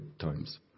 times